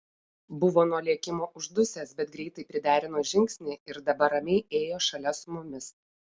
buvo nuo lėkimo uždusęs bet greitai priderino žingsnį ir dabar ramiai ėjo šalia su mumis